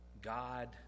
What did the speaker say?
God